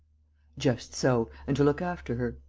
just so, and to look after her.